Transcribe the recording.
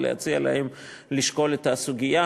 ולהציע להם לשקול את הסוגיה,